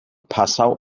passau